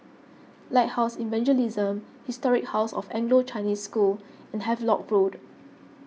Lighthouse Evangelism Historic House of Anglo Chinese School and Havelock Road